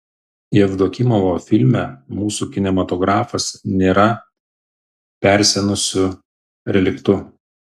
jevdokimovo filme mūsų kinematografas nėra persenusiu reliktu